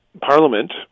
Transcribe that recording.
parliament